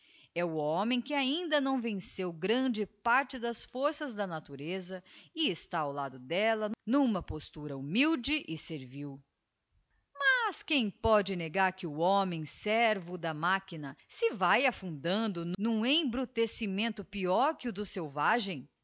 é o homem que ainda não venceu grande parte das forças da natureza e está ao lado d'ella n'uma postura humilde e servil mas quem pode negar que o homem servo da machina se vae afundando n'um embrutecimento peior que o do selvagem